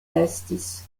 estis